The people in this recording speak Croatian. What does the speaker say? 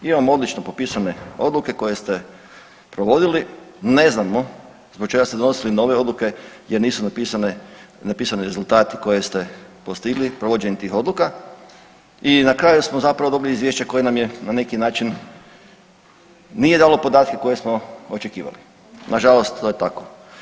Imamo odlično popisane odluke koje ste provodili, ne znamo zbog čega ste donosili nove odluke jer nisu napisani rezultati koje ste postigli provođenjem tih odluka i na kraju smo zapravo dobili izvješće koje nam je na neki način nije dalo podatke koje smo očekivali, nažalost to je tako.